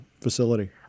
facility